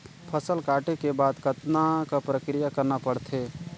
फसल काटे के बाद कतना क प्रक्रिया करना पड़थे?